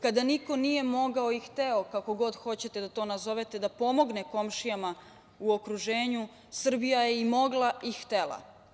Kada niko nije mogao i hteo, kako god hoćete da to nazove, da pomogne komšijama u okruženju, Srbija je i mogla i htela.